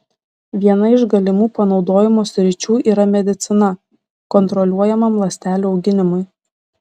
viena iš galimų panaudojimo sričių yra medicina kontroliuojamam ląstelių auginimui